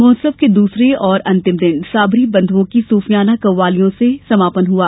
महोत्सव के दूसरे और अंतिम दिन साबरी बंध्ओं की सूफियाना कव्वालियों से समापन हुआ